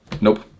Nope